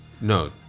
No